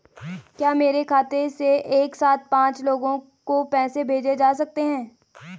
क्या मेरे खाते से एक साथ पांच लोगों को पैसे भेजे जा सकते हैं?